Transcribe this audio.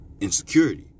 Insecurity